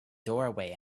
doorway